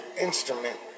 instrument